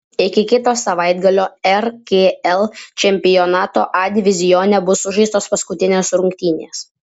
iki kito savaitgalio rkl čempionato a divizione bus sužaistos paskutinės rungtynės